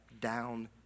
down